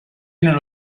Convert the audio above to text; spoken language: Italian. nello